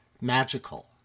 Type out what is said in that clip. magical